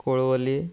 कुळवली